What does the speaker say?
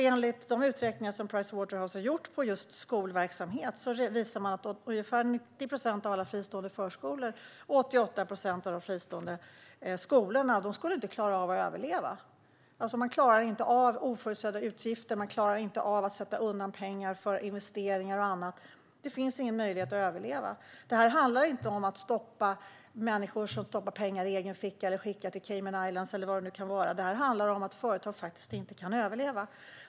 Enligt de uträkningar som Pricewaterhousecoopers har gjort på just skolverksamhet skulle ungefär 90 procent av alla fristående förskolor och 88 procent av de fristående skolorna inte klara att överleva. Man klarar alltså inte av oförutsedda utgifter och inte att sätta undan pengar för investeringar och annat. Det finns ingen möjlighet att överleva. Det här handlar inte om att förhindra människor som stoppar pengar i egen ficka, som skickar pengarna till Cayman Islands eller vad det nu kan vara, utan det handlar om att företag faktiskt inte kan överleva.